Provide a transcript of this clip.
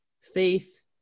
faith